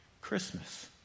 Christmas